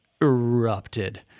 erupted